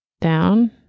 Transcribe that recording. Down